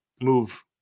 move